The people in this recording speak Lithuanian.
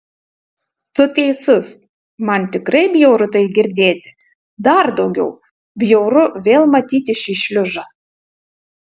tu teisus man tikrai bjauru tai girdėti dar daugiau bjauru vėl matyti šį šliužą